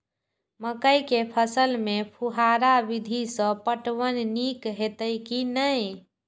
मकई के फसल में फुहारा विधि स पटवन नीक हेतै की नै?